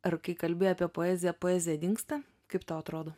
ar kai kalbi apie poeziją poezija dingsta kaip tau atrodo